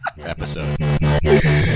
episode